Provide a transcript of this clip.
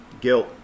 Guilt